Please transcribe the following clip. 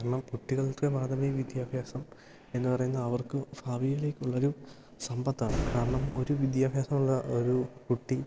കാരണം കുട്ടികൾക്കു പ്രാഥമിക വിദ്യാഭ്യാസം എന്നു പറയുന്നത് അവർക്കു ഭാവിയിലേക്കുള്ളൊരു സമ്പത്താണ് കാരണം ഒരു വിദ്യാഭ്യാസമുള്ള ഒരു കുട്ടി